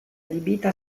adibita